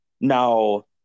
Now